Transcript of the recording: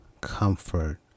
comfort